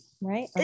right